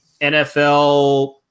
NFL